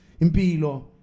Impilo